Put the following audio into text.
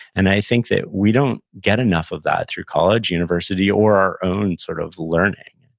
and i think that we don't get enough of that through college, university, or our own sort of learning, and